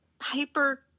hyper